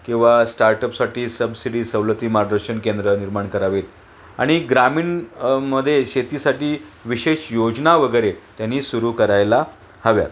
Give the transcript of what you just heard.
किंवा स्टार्टअपसाठी सबसिडी सवलती मार्गदर्शन केंद्र निर्माण करावेत आणि ग्रामीण मध्ये शेतीसाठी विशेष योजना वगैरे त्यांनी सुरू करायला हव्या